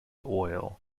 oil